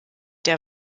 der